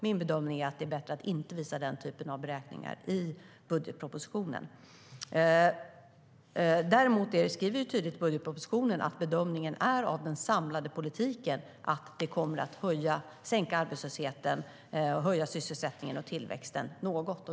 Min bedömning är att det är bättre att inte visa den typen av beräkningar i budgetpropositionen. Däremot skriver vi tydligt i budgetpropositionen att bedömningen av den samlade politiken är att den kommer att sänka arbetslösheten och höja sysselsättningen och tillväxten något.